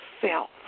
self